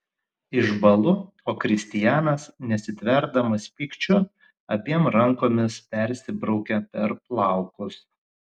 išbąlu o kristianas nesitverdamas pykčiu abiem rankomis persibraukia per plaukus